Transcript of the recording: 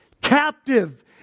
captive